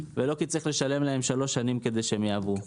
ולא כי צריך לשלם להם שלוש שנים כדי שהם יעברו.